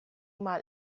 mal